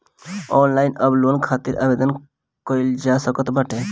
online अब loan खातिर आवेदन कईल जा सकत बाटे